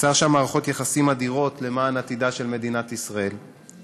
יצר שם מערכות יחסים אדירות למען עתידה של מדינת ישראל,